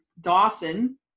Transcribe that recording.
Dawson